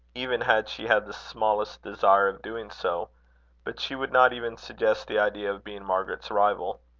even had she had the smallest desire of doing so but she would not even suggest the idea of being margaret's rival.